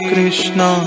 Krishna